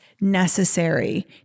necessary